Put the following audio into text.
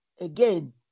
again